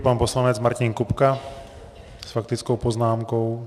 Pan poslanec Martin Kupka s faktickou poznámkou.